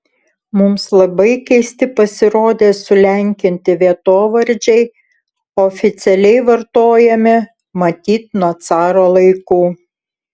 mums labai keisti pasirodė sulenkinti vietovardžiai oficialiai vartojami matyt nuo caro laikų